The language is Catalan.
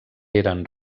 eren